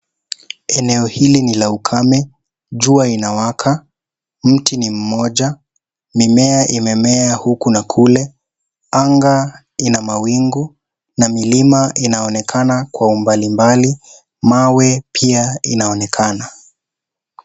Eneo hili ni la ukame. Jua inawaka, mti ni moja, mimea imemea huku na kule, anga ina mawingu na milima inaonekana kwa umbali mbali, mawe pia inaonekana.